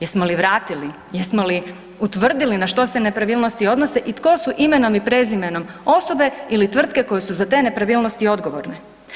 Jesmo li vratili, jesmo li utvrdili na što se nepravilnosti odnose i tko su imenom i prezimenom osobe ili tvrtke koje su za te nepravilnosti odgovorne.